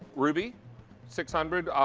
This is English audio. ruby six hundred.